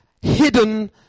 hidden